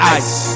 ice